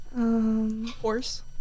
Horse